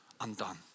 undone